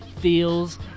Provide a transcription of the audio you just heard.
feels